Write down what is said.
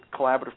collaborative